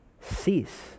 Cease